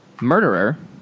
murderer